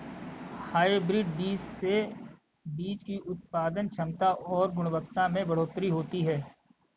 hybrid बीज से बीज की उत्पादन क्षमता और गुणवत्ता में बढ़ोतरी होती है